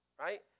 right